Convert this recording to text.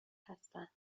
هستن